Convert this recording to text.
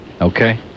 okay